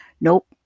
Nope